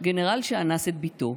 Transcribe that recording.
/ גנרל שאנס את בתו,